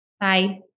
Bye